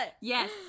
Yes